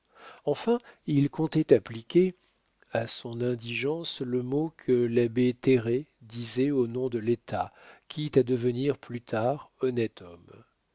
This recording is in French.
enfin il comptait appliquer à son indigence le mot que l'abbé terray disait au nom de l'état quitte à devenir plus tard honnête homme